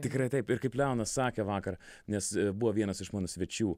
tikrai taip ir kaip leonas sakė vakar nes buvo vienas iš mano svečių